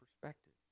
perspective